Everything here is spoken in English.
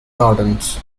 gardens